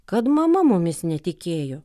kad mama mumis netikėjo